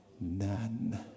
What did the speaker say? None